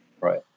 right